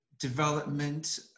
development